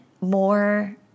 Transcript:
more